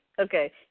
Okay